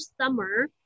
summer